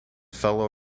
fellow